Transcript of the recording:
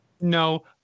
No